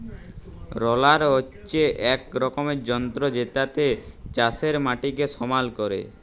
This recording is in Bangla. রলার হচ্যে এক রকমের যন্ত্র জেতাতে চাষের মাটিকে সমাল ক্যরে